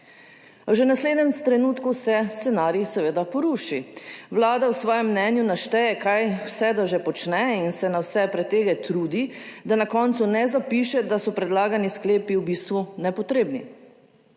Že v naslednjem trenutku se scenarij seveda poruši. Vlada v svojem mnenju našteje, kaj vse da že počne in se na vse pretege trudi, da na koncu ne zapiše, da so predlagani sklepi v bistvu nepotrebni,